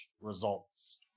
Results